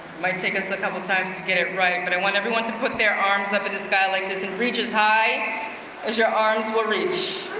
might take us a couple of times to get it right, but i want everyone to put their arms up at the sky like this and reach as high as your arms will reach.